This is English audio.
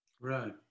Right